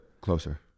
closer